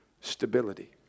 stability